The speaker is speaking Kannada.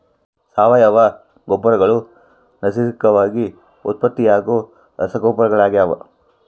ಸಾವಯವ ಗೊಬ್ಬರಗಳು ನೈಸರ್ಗಿಕವಾಗಿ ಉತ್ಪತ್ತಿಯಾಗೋ ರಸಗೊಬ್ಬರಗಳಾಗ್ಯವ